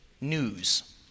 news